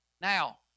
Now